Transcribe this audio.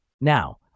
Now